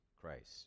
Christ